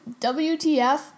wtf